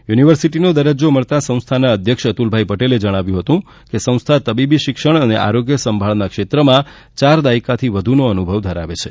યુનિવર્સિટીનો દરજજો મળતાં સંસ્થાના અધ્યક્ષ અતુલભાઇ પટેલે જણાવ્યું હતું કે સંસ્થા તબીબી શિક્ષણ અને આરોગ્ય સંભાળના ક્ષેત્રમાં ચાર દાયકાથી વધુનો અનુભવ ધરાવે છે